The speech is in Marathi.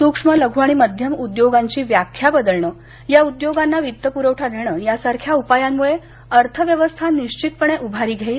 सूक्ष्म लघु आणि मध्यम अद्योगांची व्याख्या बदलण या उद्योगांना वित्त पुरवठा देण यासारख्या उपायांमुळे अर्थव्यवस्था निश्वितपणे उभारी घेईल